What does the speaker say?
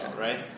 Right